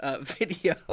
video